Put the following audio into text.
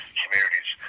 communities